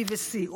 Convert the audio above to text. B ו-C,